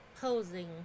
Posing